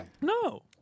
No